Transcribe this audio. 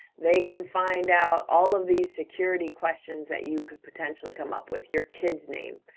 they can find out all of these security questions that you could potentially come up with, your kid's name,